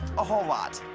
a whole lot.